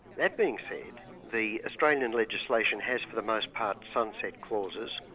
that being said, the australian legislation has for the most part sunset clauses,